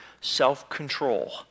self-control